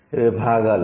ఇవి భాగాలు